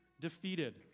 defeated